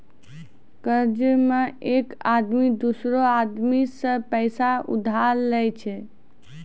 कर्जा मे एक आदमी दोसरो आदमी सं पैसा उधार लेय छै